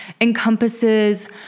encompasses